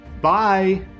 bye